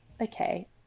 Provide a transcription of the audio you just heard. okay